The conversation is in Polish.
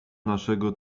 naszego